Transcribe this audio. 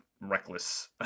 reckless